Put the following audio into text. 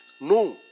No